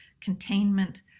containment